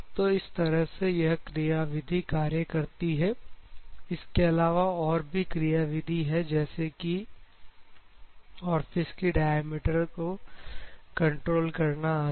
तो इस तरह से यह क्रियाविधि कार्य करती है इसके अलावा और भी क्रियाविधि हैं जैसे कि और औरफिश की डायमीटर को कंट्रोल करना आदि